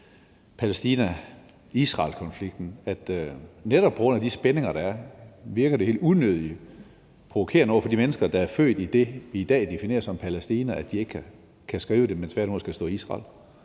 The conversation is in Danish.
Palæstina-Israel-konflikten, at netop på grund af de spændinger, der er, virker det helt unødig provokerende over for de mennesker, der er født i det, vi i dag definerer som Palæstina, at de ikke kan skrive det, men at der tværtimod skal stå Israel.